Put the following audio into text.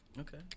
Okay